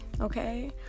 Okay